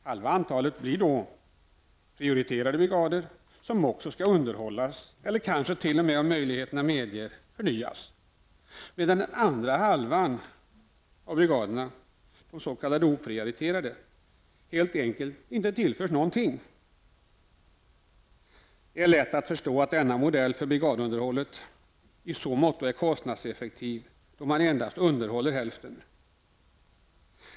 Halva antalet brigader utgör då prioriterade brigader som också underhålls och kanske t.o.m. om möjligt förnyas, medan andra halvan brigader, s.k. oprioriterade brigader, helt enkelt inte tillförs någonting. Det är lätt att förstå att denna modell för brigadunderhållet är kostnadseffektiv då man endast underhåller hälften.